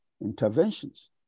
interventions